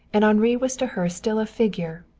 and henri was to her still a figure,